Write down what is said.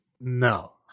No